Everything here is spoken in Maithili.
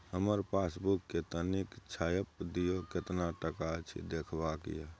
हमर पासबुक के तनिक छाय्प दियो, केतना टका अछि देखबाक ये?